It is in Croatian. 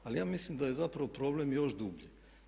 Ali ja mislim da je zapravo problem još dublji.